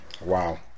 wow